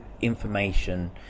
information